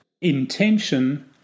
intention